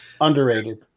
underrated